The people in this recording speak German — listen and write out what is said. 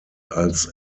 als